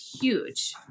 huge